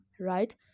right